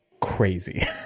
crazy